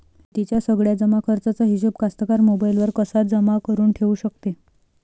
शेतीच्या सगळ्या जमाखर्चाचा हिशोब कास्तकार मोबाईलवर कसा जमा करुन ठेऊ शकते?